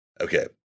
Okay